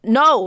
no